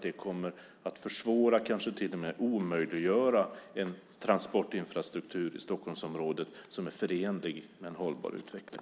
Det kommer att försvåra och kanske till och med omöjliggöra en transportinfrastruktur i Stockholmsområdet som är förenlig med en hållbar utveckling.